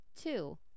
two